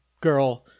girl